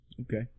Okay